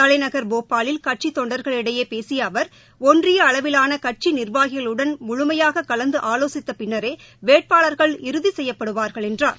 தலைநகர் போபாலில் கட்சித் தொண்டர்களிடையே பேசிய அவர் ஒன்றிய அளவிலான கட்சி நிர்வாகிகளுடன் முழுமையாக கலந்து ஆலோசித்த பின்னரே வேட்பாளர்கள் இறுதி செய்யப்படுவார்கள் என்றார்